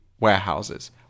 warehouses